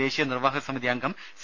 ദേശീയ നിർവ്വാഹക സമിതി അംഗം സി